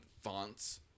fonts